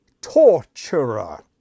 Torturer